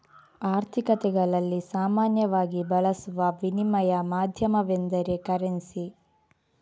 ಆರ್ಥಿಕತೆಗಳಲ್ಲಿ ಸಾಮಾನ್ಯವಾಗಿ ಬಳಸುವ ವಿನಿಮಯ ಮಾಧ್ಯಮವೆಂದರೆ ಕರೆನ್ಸಿ